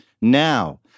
now